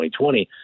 2020